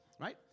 right